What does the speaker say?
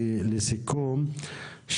כסיכום,